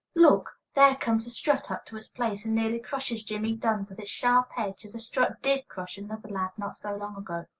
look! there comes the strut up to its place, and nearly crushes jimmie dunn with its sharp edge, as a strut did crush another lad not so long ago.